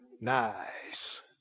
Nice